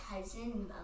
cousin